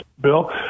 Bill